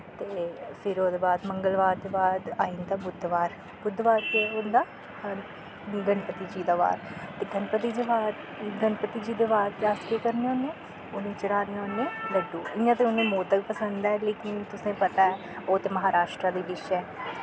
ते फिर ओह्दे बाद मंगलबार दे बाद आई जंदा बुध्दबार बुध्दबार केह् होंदा गणपति जी दा बार ते गणपति जी दे बार च अस केह् करने होने उ'नें चढ़ाने होने लड्डू इयां ते उनें मोधक पसंद ऐ लेकिन तुसें पता ऐ ओह् ते महाररष्ट्रा दी डिश ऐ